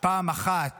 פעם אחת